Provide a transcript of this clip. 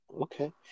Okay